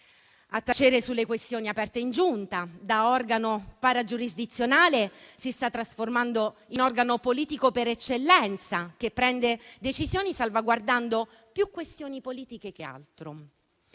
tace sulle questioni aperte in Giunta, che da organo paragiurisdizionale si sta trasformando in organo politico per eccellenza, che prende decisioni salvaguardando più questioni politiche che altro.